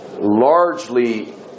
largely